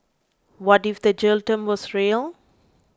what if the jail term was real